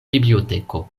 biblioteko